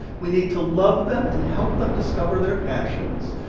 we need to love them and help them discover their passions.